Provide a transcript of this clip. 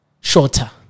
shorter